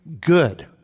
good